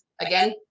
Again